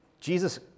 Jesus